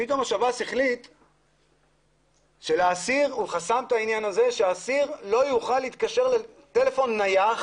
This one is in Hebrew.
פתאום שירות בתי הסוהר החליט שהאסיר לא יוכל להתקשר לטלפון נייח